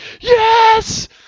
yes